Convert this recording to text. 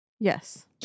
Yes